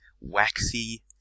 waxy